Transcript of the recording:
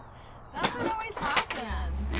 that's what always happens.